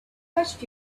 touched